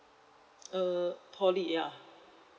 err poly ya